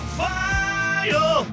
fire